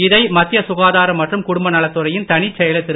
இதை மத்திய சுகாதார மற்றும் குடும்பநலத்துறையின் தனிச்செயலர் திரு